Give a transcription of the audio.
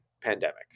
pandemic